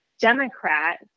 Democrat